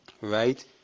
right